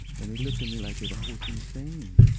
and they looked at me like if i was insane.